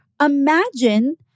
imagine